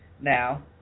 Now